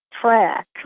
track